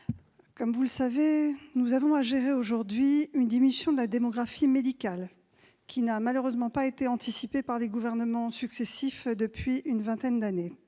sénateur Bocquet, nous avons à gérer aujourd'hui une diminution de la démographie médicale qui n'a malheureusement pas été anticipée par les gouvernements successifs depuis une vingtaine d'années.